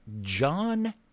john